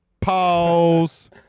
Pause